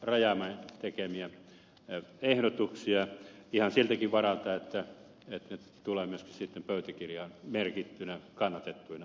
rajamäen tekemiä ehdotuksia ihan siltäkin varalta että ne tulevat myöskin sitten pöytäkirjaan merkittyinä kannatettuina ehdotuksina